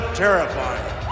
terrifying